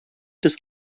des